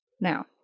Now